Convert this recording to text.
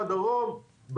בדרום,